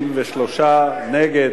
33, נגד,